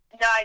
No